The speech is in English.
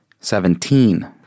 Seventeen